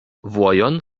vojon